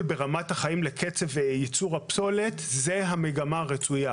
ברמת החיים לקצב ייצור הפסולת - זו המגמה הרצויה.